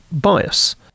bias